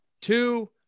Two